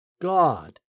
God